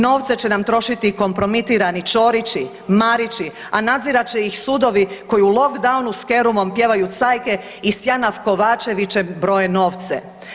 Novce će nam trošiti kompromitirani Ćorići, Marići a nadzirat će ih sudovi koji u lockdownu sa Kerumom pjevaju cajke i s Janaf Kovačevićem broje novce.